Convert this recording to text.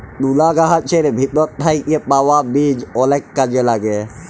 তুলা গাহাচের ভিতর থ্যাইকে পাউয়া বীজ অলেক কাজে ল্যাগে